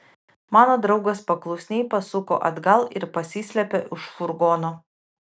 mano draugas paklusniai pasuko atgal ir pasislėpė už furgono